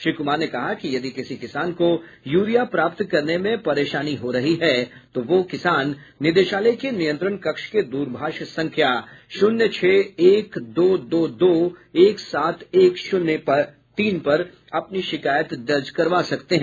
श्री कुमार ने कहा कि यदि किसी किसान को यूरिया प्राप्त करने में परेशानी हो रही है तो वे किसान निदेशालय के नियंत्रण कक्ष के दूरभाष संख्या शून्य छह एक दो दो एक सात एक शून्य तीन पर अपनी शिकायत दर्ज करवा सकते हैं